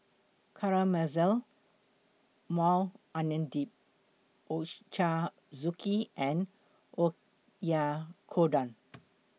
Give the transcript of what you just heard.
Caramelized Maui Onion Dip Ochazuke and Oyakodon